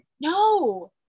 no